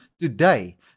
today